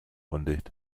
undicht